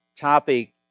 topic